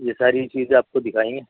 یہ ساری چیزیں آپ کو دکھائیں گے